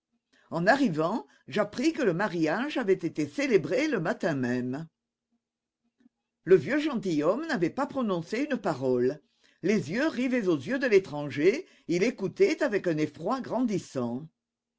en arrivant j'appris que le mariage avait été célébré le matin même le vieux gentilhomme n'avait pas prononcé une parole les yeux rivés aux yeux de l'étranger il écoutait avec un effroi grandissant